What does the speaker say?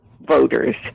voters